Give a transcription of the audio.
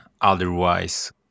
otherwise